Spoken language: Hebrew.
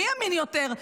מי אמין יותר,